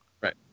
Right